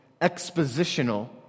expositional